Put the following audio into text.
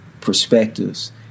perspectives